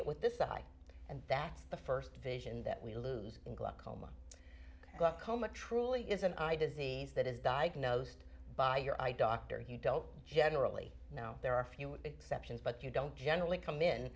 it with this eye and that's the st vision that we lose in glaucoma coma truly is an eye disease that is diagnosed by your eye doctor you don't generally know there are a few exceptions but you don't generally come in